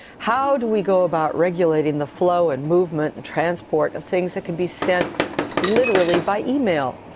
how do we go about regulating the flow and movement and transport of things that can be sent literally by email?